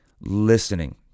listening